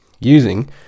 Using